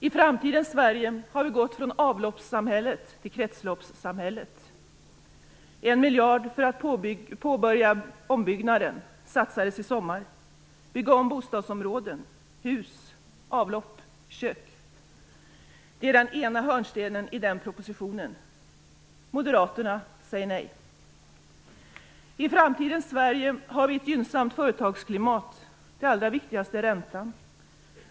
I framtidens Sverige har vi gått från avloppssamhället till kretsloppssamhället. En miljard för att påbörja ombyggnaden och för att bygga om bostadsområden, hus, avlopp och kök satsades i somras. Det är en hörnsten i propositionen. Moderaterna säger nej. I framtidens Sverige har vi ett gynnsamt företagsklimat. Det allra viktigaste är räntan.